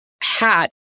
hat